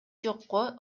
жокко